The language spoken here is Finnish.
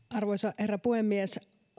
arvoisa herra puhemies